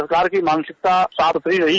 सरकार की मानसिकता साफ सुथरी रही